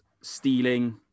stealing